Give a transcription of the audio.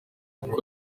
kuko